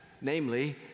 namely